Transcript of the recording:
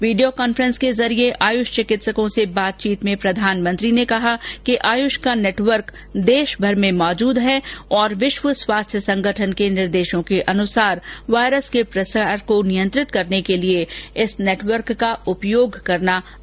video conference के जरिए आयुष चिकित्सकों से बातचीत में प्रधानमंत्री ने कहा कि आयुष का नेटवर्क देशभर में मौजूद है और विश्व स्वास्थ्य संगठन के निर्देशों के अनुसार वायरस के प्रसार को नियंत्रित करने के लिए इस नेटवर्क का उपयोग करना आवश्यक है